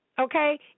Okay